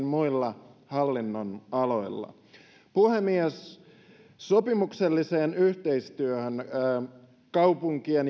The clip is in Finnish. muilla hallinnonaloilla puhemies sopimukselliseen yhteistyöhön kaupunkien